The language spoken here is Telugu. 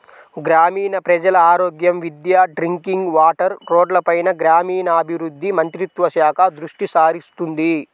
గ్రామీణ ప్రజల ఆరోగ్యం, విద్య, డ్రింకింగ్ వాటర్, రోడ్లపైన గ్రామీణాభివృద్ధి మంత్రిత్వ శాఖ దృష్టిసారిస్తుంది